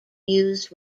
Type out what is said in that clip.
used